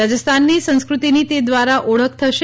રાજસ્થાનની સંસ્ક્રતિની તે દ્વારા ઓળખ થશે